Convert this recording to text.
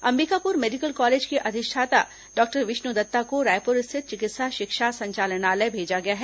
Ambikapur medical college के अधिष्ठाता doctor Vishnu Datta को रायपुर स्थित चिकित्सा शिक्षा संचालनालय भेजा गया है